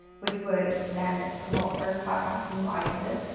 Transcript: which would then promote her podcast to new audiences,